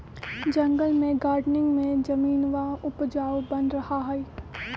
जंगल में गार्डनिंग में जमीनवा उपजाऊ बन रहा हई